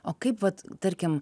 o kaip vat tarkim